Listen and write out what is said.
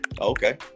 Okay